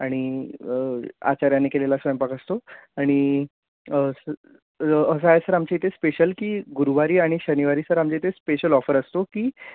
आणि आचाऱ्यानी केलेला स्वयंपाक असतो आणि ळ असं आहे सर आमच्या इथे स्पेशल की गुरुवारी आणि शनिवारी सर आमच्या इथे स्पेशल ऑफर असतो की